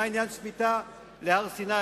מה עניין שמיטה להר-סיני?